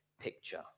picture